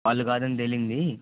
వాళ్ళు కాదని తేలింది